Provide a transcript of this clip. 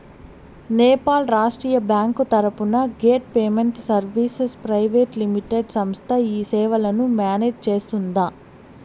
Nepal Rashtriya bank తరపున gate payment services private limited సంస్థ ఈ సేవలను మేనేజ్ సేస్తుందా?